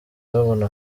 babona